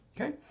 okay